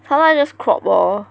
sometimes I just crop lor